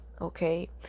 Okay